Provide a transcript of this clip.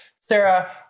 Sarah